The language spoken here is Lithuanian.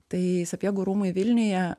tai sapiegų rūmai vilniuje